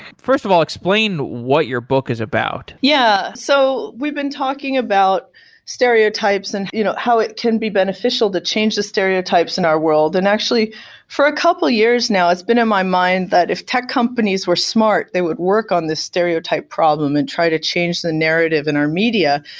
first of all, explain what your book is about yeah. so we've been talking about stereotypes and you know how it can be beneficial to change the stereotypes in our world and actually for a couple of years now, it's been in my mind that if tech companies were smart they would work on these stereotype problem and try to change the narrative in our media,